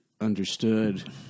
understood